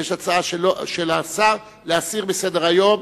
ויש הצעה של השר להסיר מסדר-היום,